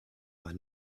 war